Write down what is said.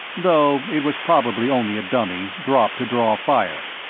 though it was probably only a dummy, dropped to draw fire.